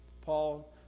Paul